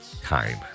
time